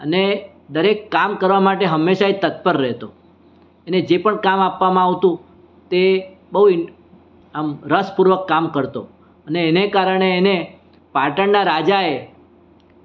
અને દરેક કામ કરવા માટે હંમેશા એ તત્પર રહેતો એને જે પણ કામ આપવામાં આવતું તે બહુ આમ રસપૂર્વક કામ કરતો અને એને કારણે એને પાટણના રાજાએ